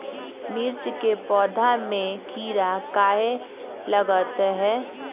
मिर्च के पौधा में किरा कहे लगतहै?